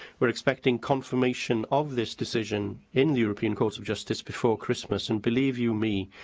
we're expecting confirmation of this decision in the european court of justice before christmas and, believe you me,